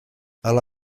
hala